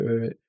right